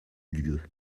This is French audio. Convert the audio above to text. lieu